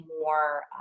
more